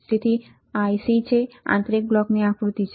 તેથી આ આપણું IC છે આ આંતરિક બ્લોક આકૃતિ છે